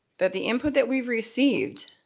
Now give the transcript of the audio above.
that the input that we've received